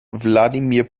wladimir